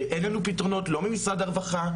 כשאין לנו פתרונות לא ממשרד הרווחה.